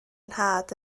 nhad